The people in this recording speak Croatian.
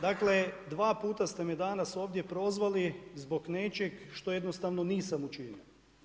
Dakle, dva puta ste me danas ovdje prozvali zbog nečeg što jednostavno nisam učinio.